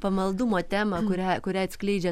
pamaldumo temą kurią kurią atskleidžia